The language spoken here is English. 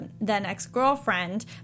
then-ex-girlfriend